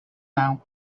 now